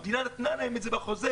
המדינה נתנה להם את זה בחוזה'